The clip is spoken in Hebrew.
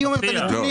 אני אומר את הנתונים.